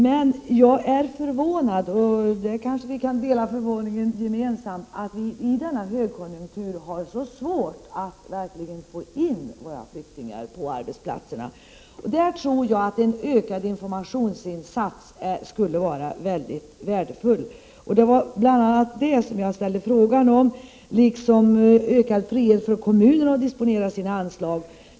Men jag är förvånad — kanske denna förvåning är gemensam — Över att vi i denna högkonjunktur har så svårt att verkligen få in flyktingar på arbetsplatserna. Där tror jag att en ökad informationsinsats skulle vara väldigt värdefull. Det var bl.a. detta som jag ställde en fråga om, liksom om ökad frihet för kommunerna att disponera sina anslag.